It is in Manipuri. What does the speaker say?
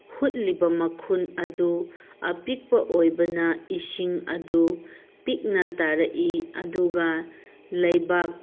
ꯍꯨꯠꯂꯤꯕ ꯃꯈꯨꯟ ꯑꯗꯨ ꯑꯄꯤꯛꯄ ꯑꯣꯏꯕꯅ ꯏꯁꯤꯡ ꯑꯗꯨ ꯄꯤꯛꯅ ꯇꯥꯔꯛꯏ ꯑꯗꯨꯒ ꯂꯩꯕꯥꯛ